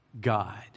God